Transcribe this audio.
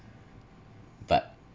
but